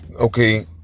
Okay